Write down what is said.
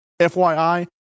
FYI